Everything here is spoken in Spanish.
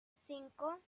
cinco